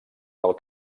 del